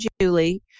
Julie